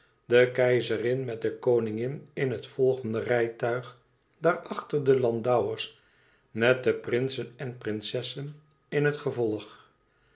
de keizerin met de koningin in het volgende rijtuig daarachter de landauers met de prinsen en prinsessen en het gevolg